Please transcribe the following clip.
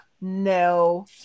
No